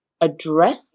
address